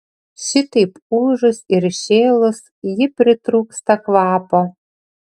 šitaip ūžus ir šėlus ji pritrūksta kvapo